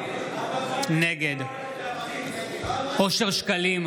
נגד אושר שקלים,